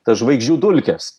tas žvaigždžių dulkes